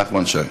נחמן שי.